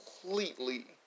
completely